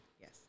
Yes